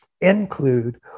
include